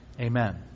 Amen